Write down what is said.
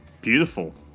Beautiful